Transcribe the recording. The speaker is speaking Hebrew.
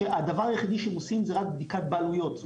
שהדבר היחיד שהם עושים זה רק בדיקת בעלויות.